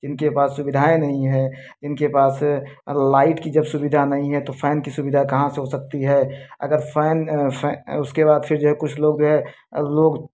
जिनके पास सुविधाएं नहीं है जिनके पास लाइट की जब सुविधा नहीं है तो फ़ैन की सुविधा कहा से हो सकती है अगर फ़ैन उसके बाद फिर जो है कुछ लोग है लोग